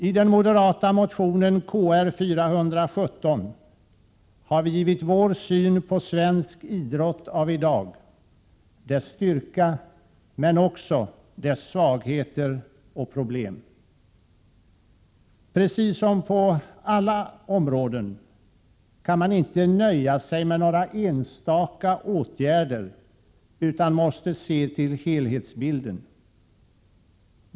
I den moderata motionen Kr417 har vi givit vår syn på svensk idrott av i dag, dess styrka men också dess svagheter och problem. Precis som på alla områden kan man inte nöja sig med några enstaka åtgärder utan måste se till helhetsbilden.